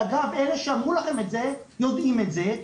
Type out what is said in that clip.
אגב, אלה שאמרו לכם את זה, יודעים את זה.